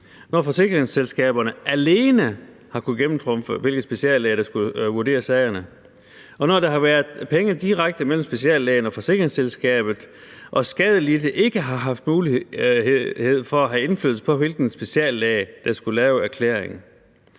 når forsikringsselskaberne alene har kunnet gennemtrumfe, hvilke speciallæger der skulle vurdere sagerne, og når der har været penge direkte mellem speciallægen og forsikringsselskabet og skadelidte ikke har haft mulighed for at have indflydelse på, hvilken speciallæge der skulle lave erklæringen.